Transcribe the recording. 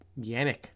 Yannick